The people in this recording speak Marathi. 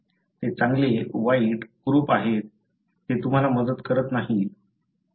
ते चांगले वाईट कुरुप आहेत ते तुम्हाला मदत करत नाहीत